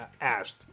asked